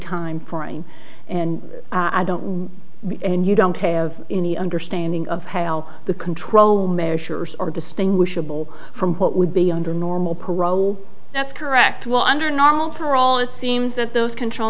time frame and i don't and you don't have any understanding of how the control measures are distinguishable from what would be under normal parole that's correct while under normal parole it seems that those control